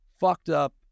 fucked-up